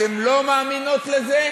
אתן לא מאמינות לזה?